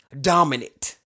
dominant